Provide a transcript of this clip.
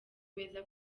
beza